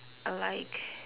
I like